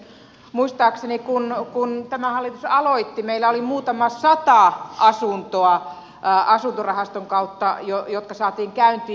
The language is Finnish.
muistaakseni kun tämä hallitus aloitti meillä oli muutama sata asuntoa asuntorahaston kautta jotka saatiin käyntiin